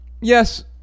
yes